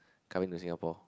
coming to Singapore